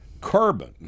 carbon